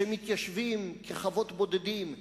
שמתיישבים כחוות בודדים,